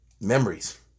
memories